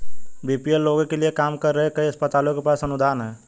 BPL लोगों के लिए काम कर रहे कई अस्पतालों के पास अनुदान हैं